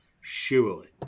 surely